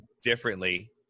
differently